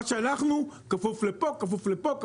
מה שאנחנו כפוף לפה כפוף לפה.